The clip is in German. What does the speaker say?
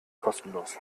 kostenlos